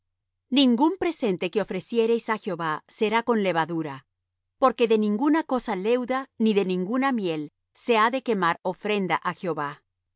ningun presente que ofreciereis á jehová será con levadura porque de ninguna cosa leuda ni de ninguna miel se ha de quemar ofrenda á jehová